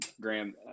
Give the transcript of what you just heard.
Graham